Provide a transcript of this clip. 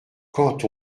quand